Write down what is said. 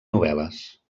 novel·les